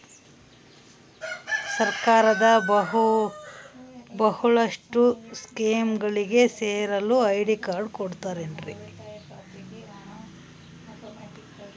ಸರ್ಕಾರದ ಬಹಳಷ್ಟು ಸ್ಕೇಮುಗಳಿಗೆ ಸೇರಲು ಐ.ಡಿ ಕಾರ್ಡ್ ಕೊಡುತ್ತಾರೇನ್ರಿ?